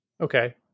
Okay